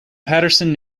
paterson